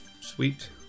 Sweet